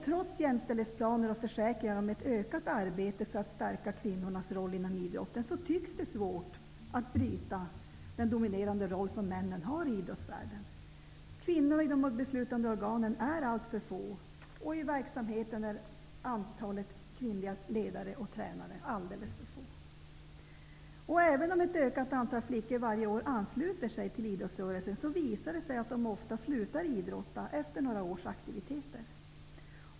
Trots jämställdhetsplaner och försäkringar om ett ökat arbete för att stärka kvinnornas roll inom idrotten tycks det svårt att bryta den dominerande roll som männen har i idrottsvärlden. Det finns alltför få kvinnor i beslutande organ. Antalet kvinnliga ledare och tränare är också alltför litet i verksamheten. Även om ett ökat antal flickor varje år ansluter sig till idrottsrörelsen visar det sig att de ofta slutar idrotta efter några års aktivitet.